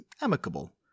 amicable